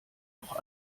auch